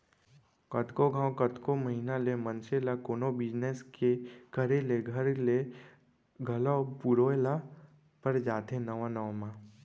कतको घांव, कतको महिना ले मनसे ल कोनो बिजनेस के करे ले घर ले घलौ पुरोय ल पर जाथे नवा नवा म